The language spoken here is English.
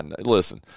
listen